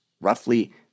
roughly